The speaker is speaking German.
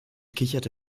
kicherte